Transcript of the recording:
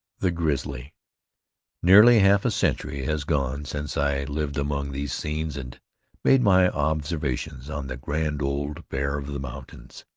the grizzly nearly half a century has gone since i lived among these scenes and made my observations on the grand old bear of the mountains.